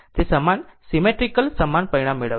તે સમાન સીમેટ્રીકલ સમાન પરિણામ મેળવશે